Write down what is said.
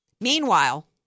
Meanwhile